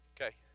Okay